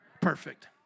Perfect